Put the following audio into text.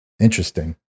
interesting